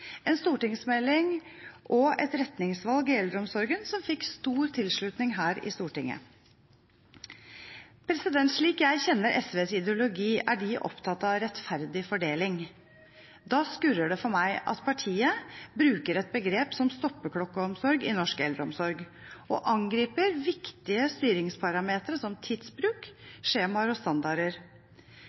en stortingsmelding og et retningsvalg i eldreomsorgen som fikk stor tilslutning her i Stortinget. Slik jeg kjenner SVs ideologi, er de opptatt av rettferdig fordeling. Da skurrer det for meg at partiet bruker et begrep som «stoppeklokkeomsorg» i norsk eldreomsorg og angriper viktige styringsparametere som tidsbruk, skjemaer og standarder.